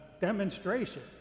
demonstration